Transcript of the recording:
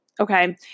Okay